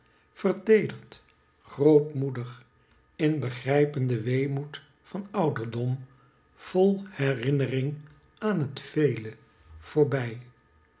verteederd goedmoedig in begrijpenden weemoed van ouderdom vol herinnering aan het vele voorbij